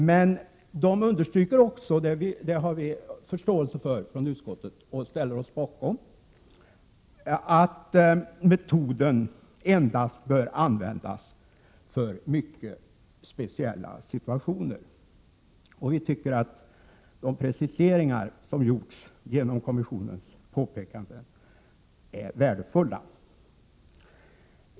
Men de understryker också — och det har vi från utskottets sida förståelse för och ställer oss bakom — att metoden endast bör användas för mycket speciella situationer. Vi tycker att de preciseringar som gjorts genom kommissionens påpekanden är värdefulla.